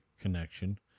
connection